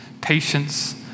patience